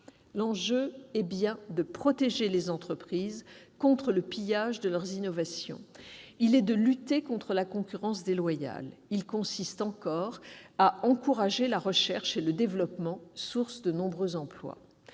L'enjeu est bien de protéger les entreprises contre le pillage de leurs innovations. Il est aussi de lutter contre la concurrence déloyale. Il consiste encore à encourager la recherche et le développement, sources de nombreux emplois.